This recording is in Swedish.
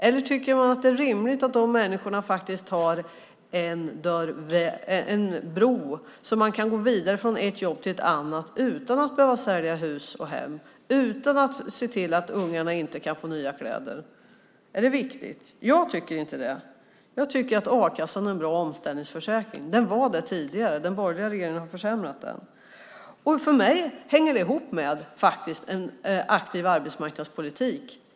Eller är det rimligt att de människorna faktiskt har tillgång till en bro så att de kan gå vidare från ett jobb till ett annat utan att behöva sälja hus och hem, utan att ungarna inte kan få nya kläder? Är det viktigt? Jag tycker inte det. Jag tycker att a-kassan är en bra omställningsförsäkring. Den var det tidigare. Den borgerliga regeringen har försämrat den. För mig hänger det här ihop med en aktiv arbetsmarknadspolitik.